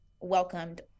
welcomed